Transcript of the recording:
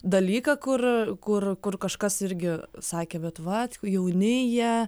dalyką kur kur kur kažkas irgi sakė bet va jauni jie